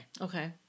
Okay